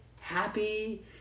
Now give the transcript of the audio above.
happy